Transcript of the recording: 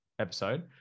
episode